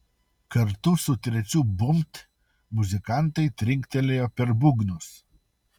kartu su trečiu bumbt muzikantai trinktelėjo per būgnus